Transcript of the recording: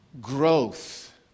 growth